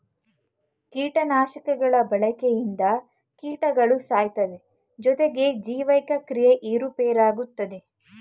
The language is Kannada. ಕೀಟನಾಶಕಗಳ ಬಳಕೆಯಿಂದ ಕೀಟಗಳು ಸಾಯ್ತವೆ ಜೊತೆಗೆ ಜೈವಿಕ ಕ್ರಿಯೆ ಏರುಪೇರಾಗುತ್ತದೆ